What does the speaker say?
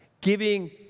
Giving